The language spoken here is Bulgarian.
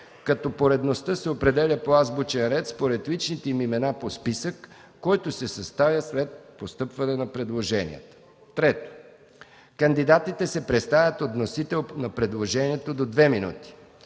като поредността се определя по азбучен ред според личните им имена по списък, който се съставя след постъпване на предложенията. 3. Кандидатите се представят от вносител на предложението – до две минути.